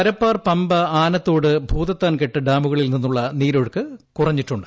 പരപ്പാർ പമ്പ ആനത്തോട് ഭൂതത്താൻകെട്ട് ഡാമൂകളിൽ നിന്നുള്ള നീരൊഴുക്ക് കുറച്ചിട്ടുണ്ട്